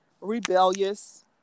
rebellious